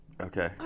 Okay